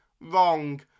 wrong